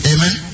Amen